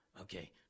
okay